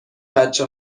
بچه